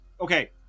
okay